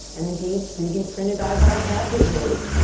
and indeed three d printed eyeballs have been made.